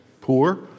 poor